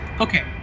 Okay